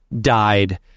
died